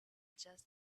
just